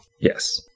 Yes